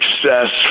success